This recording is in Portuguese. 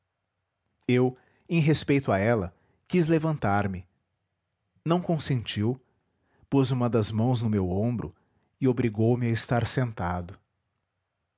eu em respeito a ela quis levantarme não consentiu pôs uma das mãos no meu ombro e obrigou-me a estar sentado